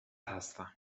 هستم